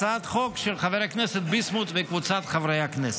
הצעת חוק של חבר הכנסת ביסמוט וקבוצת חברי הכנסת.